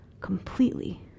completely